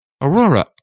aurora